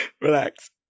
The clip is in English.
Relax